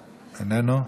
איננו,